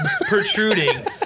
protruding